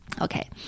Okay